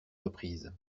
reprise